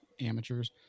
Amateurs